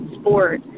sport